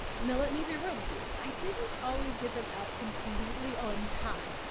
now let me be real with you, i didn't always get them out completely on time.